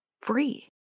free